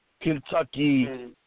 Kentucky